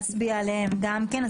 נצביע גם עליהם.